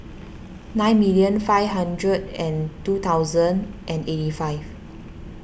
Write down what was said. nine million five hundred and two thousand and eighty five